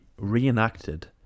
reenacted